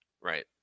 Right